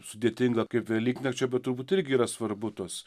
sudėtinga kaip velyknakčio bet turbūt irgi yra svarbu tos